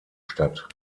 statt